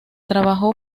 trabajó